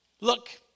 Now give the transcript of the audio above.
Look